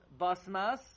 basmas